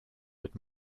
would